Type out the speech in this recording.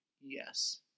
yes